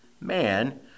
Man